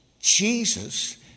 Jesus